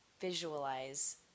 visualize